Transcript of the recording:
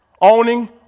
owning